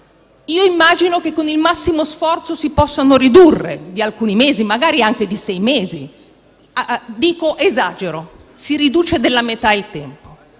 Immagino che con il massimo sforzo si possano ridurre di alcuni mesi, magari anche di sei mesi; esagero dicendo che il tempo